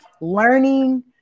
learning